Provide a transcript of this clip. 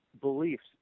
beliefs